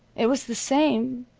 it was the same,